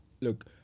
Look